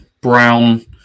Brown